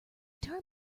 term